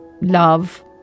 love